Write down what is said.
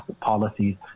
policies